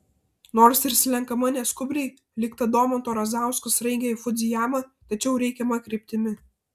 nors ir slenkama neskubriai lyg ta domanto razausko sraigė į fudzijamą tačiau reikiama kryptimi